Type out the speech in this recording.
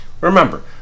Remember